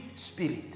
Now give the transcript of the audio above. spirit